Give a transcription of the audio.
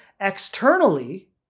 externally